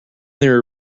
their